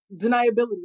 deniability